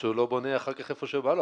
שהוא לא בונה אחר כך איפה שבא לו,